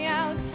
out